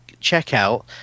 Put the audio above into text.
checkout